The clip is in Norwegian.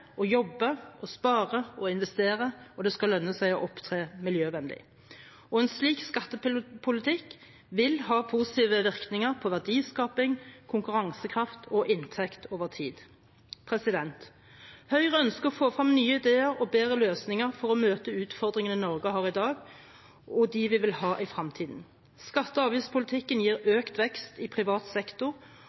å jobbe, spare og investere, og det skal lønne seg å opptre miljøvennlig. En slik skattepolitikk vil ha positive virkninger på verdiskaping, konkurransekraft og inntekt over tid. Høyre ønsker å få frem nye ideer og bedre løsninger for å møte utfordringene Norge har i dag og vil ha i fremtiden. Skatte- og avgiftspolitikken gir økt vekst i privat sektor